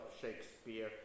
Shakespeare